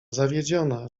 zawiedziona